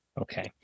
Okay